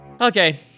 Okay